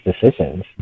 decisions